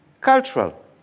cultural